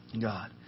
God